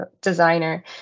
designer